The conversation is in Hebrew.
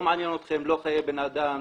לא מעניין אתכם לא חיי אדם,